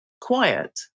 quiet